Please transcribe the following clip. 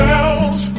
else